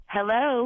Hello